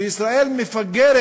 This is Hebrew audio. ישראל מפגרת